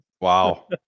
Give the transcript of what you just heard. Wow